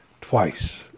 twice